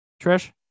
Trish